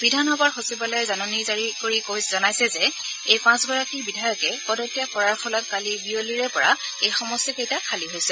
বিধানসভাৰ সচিবালয়ে জাননী জাৰি কৰি জনাইছে যে এই পাঁচগৰাকী বিধায়কে পদত্যাগ কৰাৰ ফলত কালি বিয়লিৰে পৰা এই সমষ্টি কেইটা খালী হৈছে